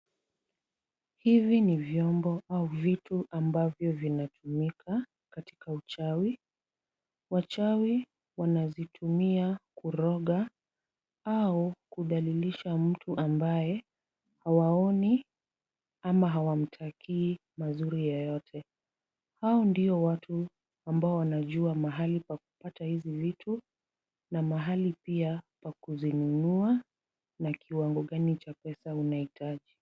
Hivi ni vyombo au vitu ambavyo vinatumika katika uchawi. Wachawi wanazitumia kuroga au kudalilisha mtu ambaye hawaoni ama hawamtakii mazuri yoyote. Hao ndio watu ambao wanajua mahali pa kupata hivi vitu na mahali pia pa kuzinunua na kiwango gani cha pesa unahitaji.